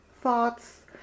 thoughts